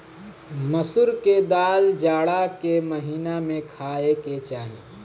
मसूर के दाल जाड़ा के महिना में खाए के चाही